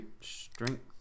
strength